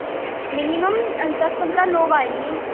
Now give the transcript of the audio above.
minimum دس پندرہ لوگ آئیں گے